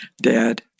Dad